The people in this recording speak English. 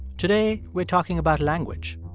today, we're talking about language.